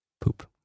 Poop